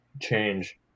change